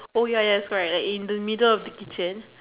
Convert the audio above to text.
oh ya ya that's correct like in the middle of the kitchen